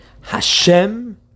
Hashem